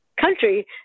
country